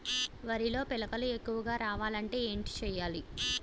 వరిలో పిలకలు ఎక్కువుగా రావాలి అంటే ఏంటి చేయాలి?